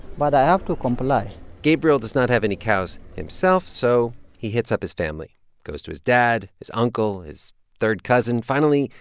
but i have to comply gabriel does not have any cows himself, so he hits up his family goes to his dad, his uncle, his third cousin finally,